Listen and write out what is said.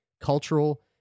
cultural